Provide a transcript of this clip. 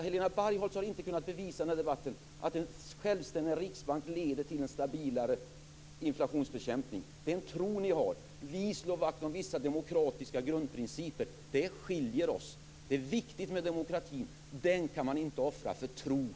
Helena Bargholtz har inte kunnat bevisa i den här debatten att en självständig riksbank leder till en stabilare inflationsbekämpning. Det är en tro ni har. Vi kritiker slår vakt om vissa demokratiska grundprinciper. Det skiljer oss åt. Det är viktigt med demokrati. Den kan man inte offra för tron.